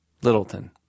Littleton